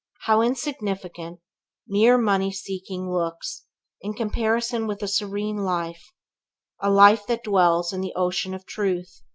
how insignificant mere money seeking looks in comparison with a serene life a life that dwells in the ocean of truth,